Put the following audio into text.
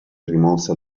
rimossa